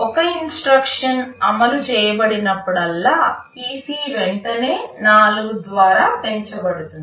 ఒక ఇన్స్ట్రక్షన్ అమలు చేయబడినప్పుడల్లా PC వెంటనే 4 ద్వారా పెంచబడుతుంది